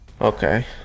Okay